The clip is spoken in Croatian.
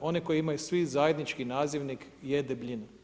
one koje imaju svi zajednički nazivnik je debljina.